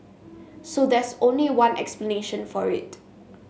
so there's only one explanation for it